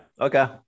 Okay